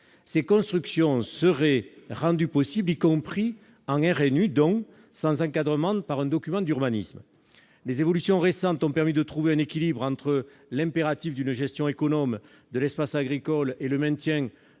Ces constructions seraient rendues possibles y compris en RNU- règlement national d'urbanisme -donc sans encadrement par un document d'urbanisme. Les évolutions récentes ont permis de trouver un équilibre entre l'impératif d'une gestion économe de l'espace agricole, le maintien